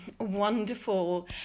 wonderful